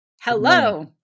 Hello